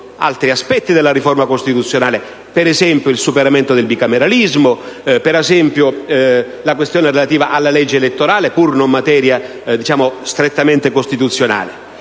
riguardano altri aspetti della riforma costituzionale: ad esempio il superamento del bicameralismo, la questione relativa alla legge elettorale (pur non materia strettamente costituzionale).